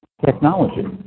technology